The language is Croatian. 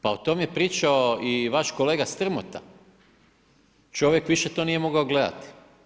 Pa o tom je pričao i vaš kolega Strmota, čovjek to više nije mogao gledati.